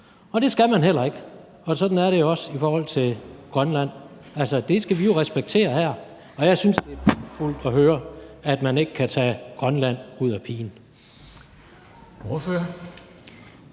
Og det skal man heller ikke, og sådan er det også i forhold til Grønland, for det skal vi jo respektere her, og jeg synes, det er pragtfuldt at høre, at man ikke kan tage Grønland ud af pigen.